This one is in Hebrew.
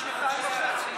לפני שנתיים וחצי.